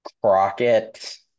Crockett